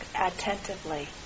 attentively